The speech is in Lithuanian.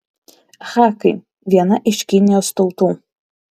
hakai viena iš kinijos tautų